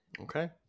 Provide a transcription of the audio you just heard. Okay